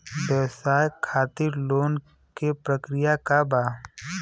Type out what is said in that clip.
व्यवसाय खातीर लोन के प्रक्रिया का बा?